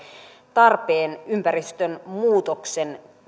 tarpeen ympäristön muutoksen